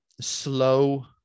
slow